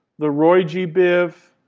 the roy g. biv,